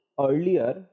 earlier